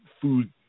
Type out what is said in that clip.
food